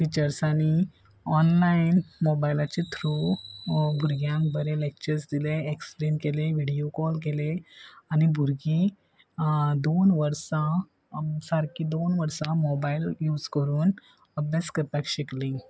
टिचर्सांनी online मोबायलाचे through भुरग्यांक बरें लॅक्चर्स दिले एक्सप्लेन केले व्हिडियो कॉल केले आनी भुरगीं दोन वर्सां सारकी दोन वर्सां मोबायल यूज करून अभ्यास करपाक शिकली